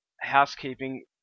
housekeeping